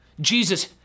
Jesus